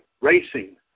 racing